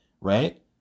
right